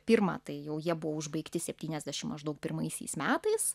pirma tai jau jie buvo užbaigti septyniasdešim maždaug pirmaisiais metais